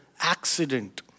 accident